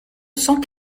cent